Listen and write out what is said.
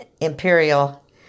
Imperial